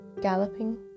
galloping